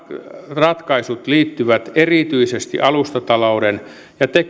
ratkaisut liittyvät erityisesti alustatalouden ja